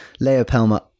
Leopelma